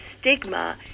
stigma